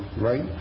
right